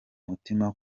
mutima